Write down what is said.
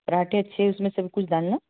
पराठे छ उसमें सब कुछ डालना